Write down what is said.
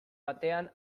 batean